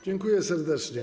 Dziękuję serdecznie.